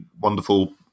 wonderful